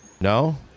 No